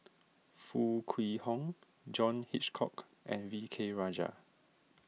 Foo Kwee Horng John Hitchcock and V K Rajah